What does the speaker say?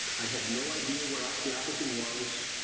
i had no idea what osteopathy was.